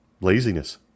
Laziness